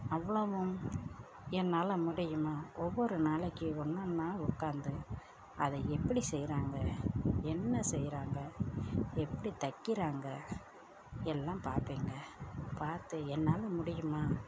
அவ்வளோவும் என்னால் முடியுமா ஒவ்வொரு நாளைக்கு ஒன் ஒன்றா உட்காந்து அதை எப்படி செய்யறாங்க என்ன செய்யறாங்க எப்படி தைக்கிறாங்க எல்லாம் பார்ப்பேங்க பார்த்து என்னால் முடியுமா